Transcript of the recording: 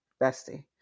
bestie